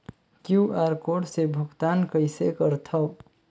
QR code से भुगतान कइसे करथव?